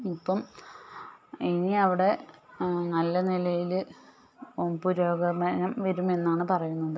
ഇപ്പം ഇനി അവിടെ നല്ല നിലയില് പുരോഗമനം വരുമെന്നാണ് പറയുന്നത്